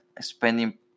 spending